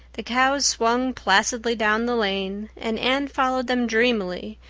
the cows swung placidly down the lane, and anne followed them dreamily,